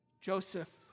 Joseph